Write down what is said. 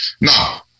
Now